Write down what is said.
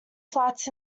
flats